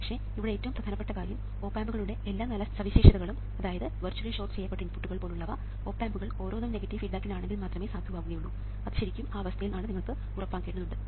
പക്ഷേ ഇവിടെ ഏറ്റവും പ്രധാനപ്പെട്ട കാര്യം ഓപ് ആമ്പുകളുടെ എല്ലാ നല്ല സവിശേഷതകളും അതായത് വെർച്വലി ഷോർട്ട് ചെയ്യപ്പെട്ട ഇൻപുട്ടുകൾ പോലുള്ളവ ഓപ് ആമ്പുകൾ ഓരോന്നും നെഗറ്റീവ് ഫീഡ്ബാക്കിൽ ആണെങ്കിൽ മാത്രമേ സാധുവാകുകയുള്ളൂ അത് ശരിക്കും ആ അവസ്ഥയിൽ ആണെന്ന് നിങ്ങൾക്ക് ഉറപ്പാക്കേണ്ടതുണ്ട്